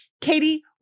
Katie